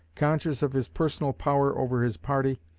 conscious of his personal power over his party,